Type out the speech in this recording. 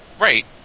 Right